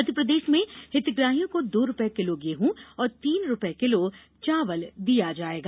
मध्यप्रदेश में हितग्राहियों को दो रूपये किलों गेहूं और तीन रूपये किलो चावल दिया जायेगा